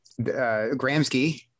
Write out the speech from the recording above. Gramsci